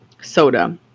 soda